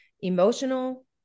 emotional